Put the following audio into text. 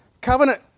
covenant